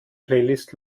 playlist